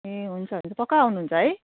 ए हुन्छ हुन्छ पक्का आउनुहुन्छ है